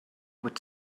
would